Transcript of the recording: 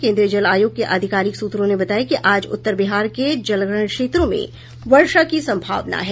केंद्रीय जल आयोग के अधिकारिक सूत्रों ने बताया कि आज उत्तर बिहार के जलग्रहण क्षेत्रों में वर्षा की संभावना है